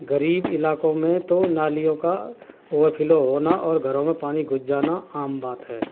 غریب علاقوں میں تو نالیوں کا اوورفلو ہونا اور گھروں میں پانی گھس جانا عام بات ہے